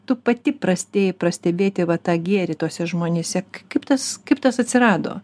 tu pati prastėji pastebėti va tą gėrį tuose žmonėse kaip tas kaip tas atsirado